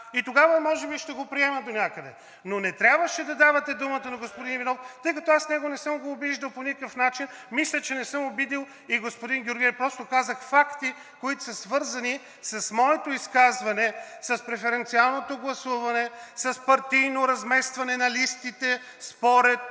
и тогава може би ще го приема донякъде. Но не трябваше да давате думата на господин Иванов, тъй като аз него не съм го обиждал по никакъв начин. Мисля, че не съм обидил и господин Георгиев, просто казах факти, които са свързани с моето изказване, с преференциалното гласуване, с партийно разместване на листите според